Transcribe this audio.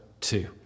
two